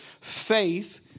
faith